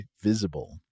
Visible